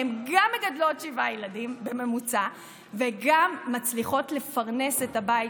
הן גם מגדלות שבעה ילדים בממוצע וגם מצליחות לפרנס את הבית,